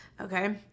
Okay